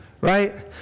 right